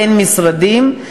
בין המשרדים.